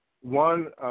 one